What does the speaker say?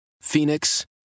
Phoenix